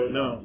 no